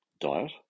diet